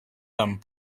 them